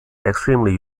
extremely